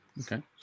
Okay